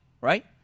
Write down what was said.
right